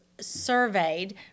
surveyed